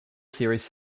series